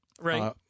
Right